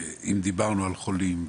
אם דיברו על חולים,